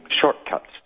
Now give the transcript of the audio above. shortcuts